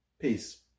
Peace